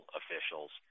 officials